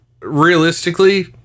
realistically